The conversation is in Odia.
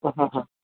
ହଁ ହଁ